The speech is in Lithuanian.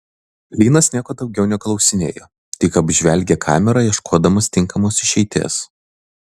linas nieko daugiau neklausinėjo tik apžvelgė kamerą ieškodamas tinkamos išeities